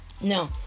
no